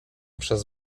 przez